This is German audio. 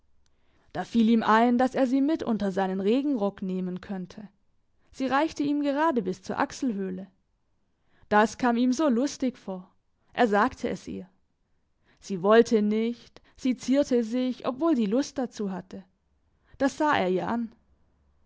da fiel ihm ein dass er sie mit unter seinen regenrock nehmen könnte sie reichte ihm gerade bis zur achselhöhle das kam ihm so lustig vor er sagte es ihr sie wollte nicht sie zierte sich obwohl sie lust dazu hatte das sah er ihr an